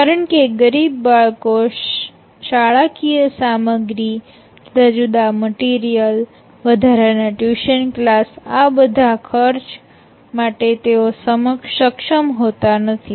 કારણ કે ગરીબ બાળકો શાળકીય સામગ્રી જુદા જુદા મટીરીયલ વધારાના ટ્યુશન કલાસ આ બધા ખર્ચા માટે તેઓ સક્ષમ હોતા નથી